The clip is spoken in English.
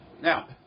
Now